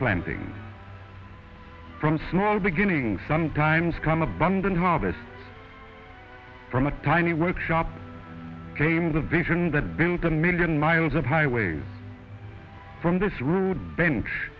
planting from small beginnings sometimes come abundant harvest from a tiny workshop came the vision that built a million miles of highway from this road ben